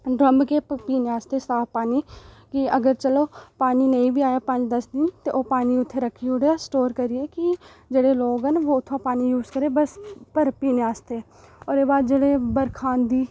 drum केह् पीने आस्तै साफ पानी कि अगर चलो पानी नेईं बी आया पंज दस दिन ता ओह् पानी उत्थै रक्खी ओड़ेआ स्टोर करियै कि जेह्ड़े लोक न ओह् पानी उत्थै यूज करन बस पर पीने आस्तै ओह्दे बाद जेल्लै बरखा औंदी